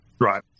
right